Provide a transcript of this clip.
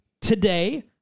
today